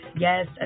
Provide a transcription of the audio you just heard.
Yes